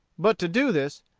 but to do this,